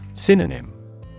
Synonym